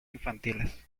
infantiles